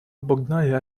обогнали